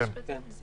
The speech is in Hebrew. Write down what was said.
משרד המשפטים?